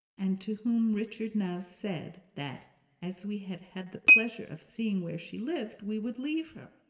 and to whom richard now said that as we had had the pleasure of seeing where she lived, we would leave her,